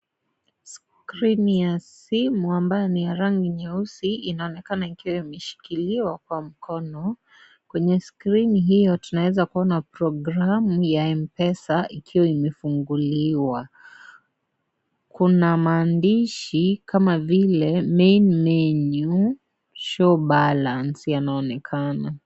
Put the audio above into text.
Skrini ya simu ambayo ni rangi nyeusi inaonekana ikiwa imeshikiliwa Kwa mkono. Kwenye skrini hiyo tunaezakuona programu ya MPESA ikiwa imefunguliwa ,kuna maandishi kama vile Main menu, show balance inaonekana.